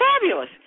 fabulous